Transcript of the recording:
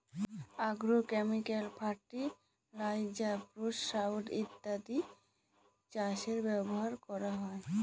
agrochemical fertiliser, pesticide ইত্যাদি চাষে ব্যবহার করা হয়